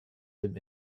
dem